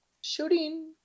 shooting